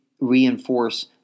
reinforce